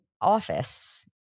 office